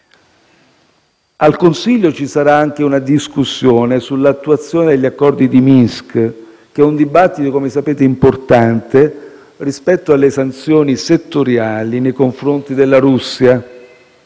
Al Consiglio europeo ci sarà anche una discussione sull'attuazione degli accordi di Minsk, che - come sapete - è un dibattito importante rispetto alle sanzioni settoriali nei confronti della Russia.